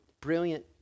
brilliant